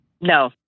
No